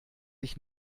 ich